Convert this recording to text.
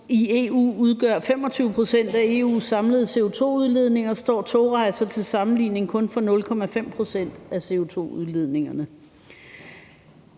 i EU udgør 25 pct. af EU's samlede CO2-udledninger, står togrejser til sammenligning kun for 0,5 pct. af CO2-udledningerne.